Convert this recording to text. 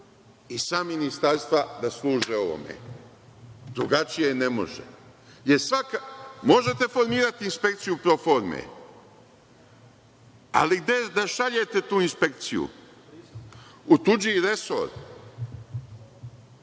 i sva ministarstva da služe ovome, drugačije ne može. Možete formirati inspekciju proforme, ali bez da šaljete tu inspekciju u tuđi resor. Šta